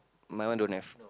my one don't have